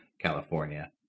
California